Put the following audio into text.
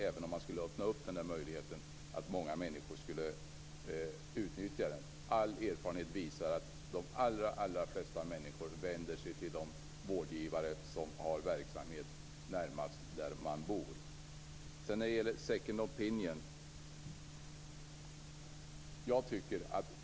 Även om man skulle öppna denna möjlighet, tror jag inte att många människor skulle utnyttja den. All erfarenhet visar att de allra flesta människor vänder sig till de vårdgivare som har sin verksamhet närmast den egna bostaden.